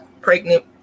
pregnant